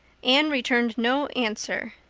anne returned no answer.